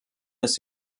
ist